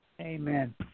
Amen